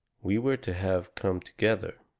we were to have come together.